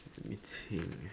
okay